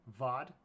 VOD